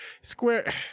Square